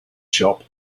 shop